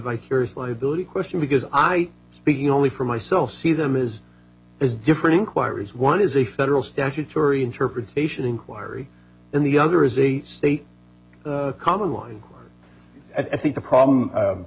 hearer's liability question because i speaking only for myself see them is as different inquiries one is a federal statutory interpretation inquiry and the other is a state common law inquiry i think the problem